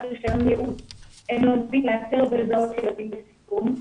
רישיון יעוץ הם לומדים לאתר ולזהות ילדים בסיכון,